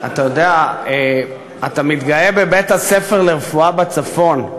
אתה מתגאה בבית-הספר לרפואה בצפון.